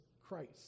christ